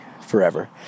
forever